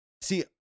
See